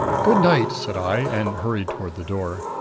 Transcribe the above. good night, said i and hurried toward the door.